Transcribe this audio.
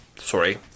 Sorry